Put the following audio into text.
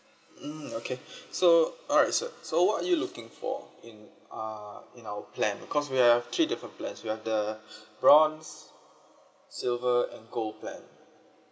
mm okay so alright sir so what are you looking for in uh in our plan because we have three different plans we have the bronze silver and gold plan